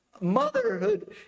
Motherhood